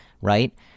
right